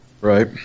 Right